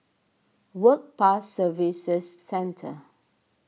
Work Pass Services Centre